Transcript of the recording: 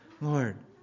Lord